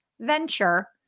venture